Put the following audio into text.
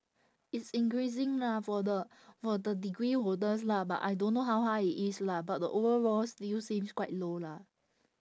it's increasing lah for the for the degree holders lah but I don't know how high it is lah but the overall still seems quite low lah